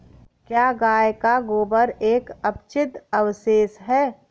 क्या गाय का गोबर एक अपचित अवशेष है?